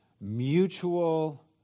mutual